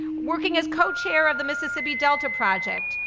working as co-chair of the mississippi delta project,